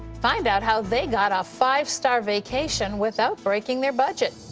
find out how they got a five-star vacation without breaking their budget.